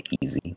easy